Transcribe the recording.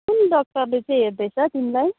कुन डाक्टरले चाहिँ हेर्दैछ तिमीलाई